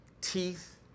teeth